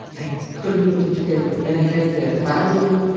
i couldn't put it together. and i heard the violin,